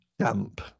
camp